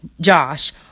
Josh